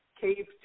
Cave